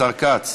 השר כץ,